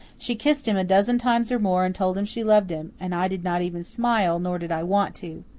she kissed him a dozen times or more and told him she loved him and i did not even smile, nor did i want to.